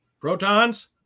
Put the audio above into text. Protons